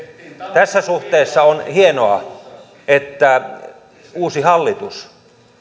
tässä suhteessa on hienoa että uusi hallitus